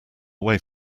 way